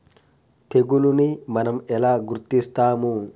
తెగులుని మనం ఎలా గుర్తిస్తాము?